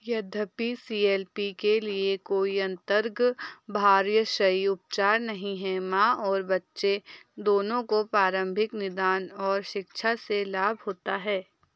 यद्यपि C L P के लिए कोई अंतर्गर्भाशयी उपचार नहीं है माँ और बच्चे दोनों को प्रारंभिक निदान और शिक्षा से लाभ होता है